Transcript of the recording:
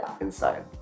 inside